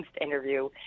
interview